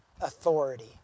authority